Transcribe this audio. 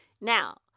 Now